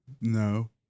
No